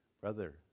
Brother